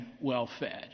well-fed